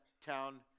town